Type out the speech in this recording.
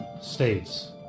states